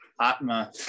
Atma